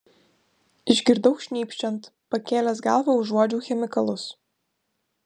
išgirdau šnypščiant pakėlęs galvą užuodžiau chemikalus